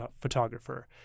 photographer